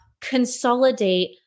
consolidate